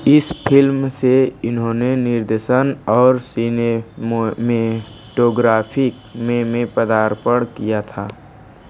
इस फ़िल्म से इन्होंने निर्देशन और सिनेममेटोग्राफी में में पदार्पण किया था